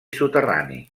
soterrani